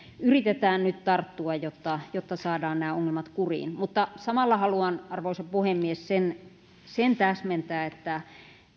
yritetään nyt tarttua jotta jotta saadaan nämä ongelmat kuriin mutta arvoisa puhemies samalla haluan sen täsmentää että tämä